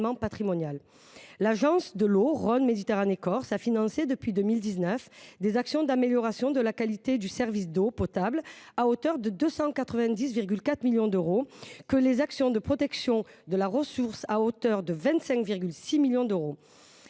patrimonial. L’agence de l’eau Rhône-Méditerranée-Corse a financé depuis 2019 des actions d’amélioration de la qualité du service d’eau potable à hauteur de 290,4 millions d’euros, ainsi que des actions de protection de la ressource à hauteur de 25,6 millions d’euros.